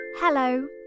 Hello